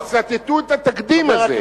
יצטטו את התקדים הזה.